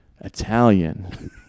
Italian